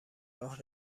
راه